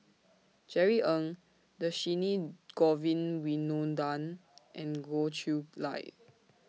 Jerry Ng Dhershini Govin Winodan and Goh Chiew Lye